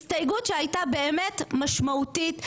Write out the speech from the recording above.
הסתייגות שהייתה באמת משמעותית,